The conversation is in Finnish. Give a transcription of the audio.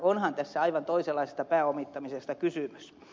onhan tässä aivan toisenlaisesta pääomittamisesta kysymys